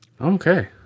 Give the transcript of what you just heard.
Okay